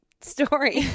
story